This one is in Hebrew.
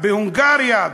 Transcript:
בהונגריה,